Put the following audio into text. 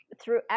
Throughout